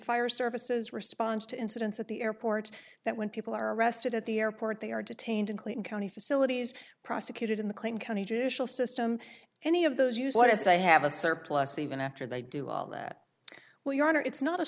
fire services responds to incidents at the airports that when people are arrested at the airport they are detained in clayton county facilities prosecuted in the claim county judicial system any of those used as they have a surplus even after they do all that well your honor it's not a